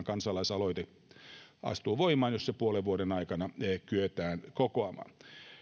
kansalaisaloite astuu voimaan jos ne puolen vuoden aikana kyetään kokoamaan